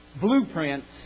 blueprints